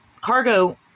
cargo